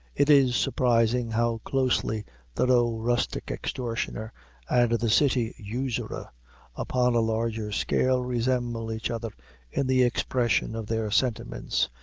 it is surprising how closely the low rustic extortioner and the city usurer upon a larger scale resemble each other in the expression of their sentiments,